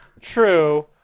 True